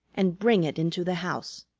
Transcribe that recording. and bring it into the house.